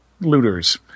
looters